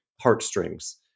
heartstrings